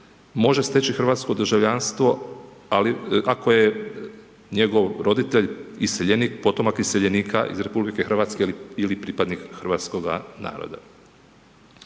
može steći hrvatsko državljanstvo, ako je njegov roditelj iseljenik, potomak iseljenika iz RH ili pripadnik hrvatskoga naroda.